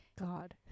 god